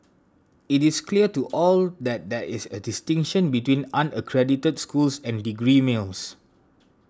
it is clear to all that there is a distinction between unaccredited schools and degree mills